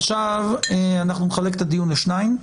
עכשיו אנחנו נחלק את הדיון לשניים.